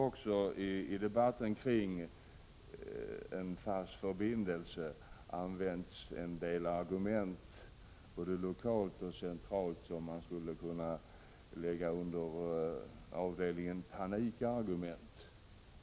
I debatten om en fast förbindelse har både lokalt och centralt använts en del argument som man skulle kunna sortera in under avdelningen panikargument.